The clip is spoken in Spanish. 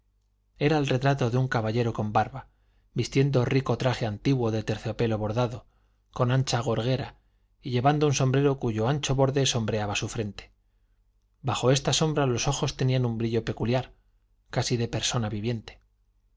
era el retrato de un caballero con barba vistiendo rico traje antiguo de terciopelo bordado con ancha gorguera y llevando un sombrero cuyo ancho borde sombreaba su frente bajo esta sombra los ojos tenían un brillo peculiar casi de persona viviente